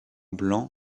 blanc